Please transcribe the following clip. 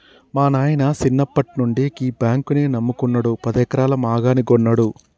మా నాయిన సిన్నప్పట్నుండి గీ బాంకునే నమ్ముకున్నడు, పదెకరాల మాగాని గొన్నడు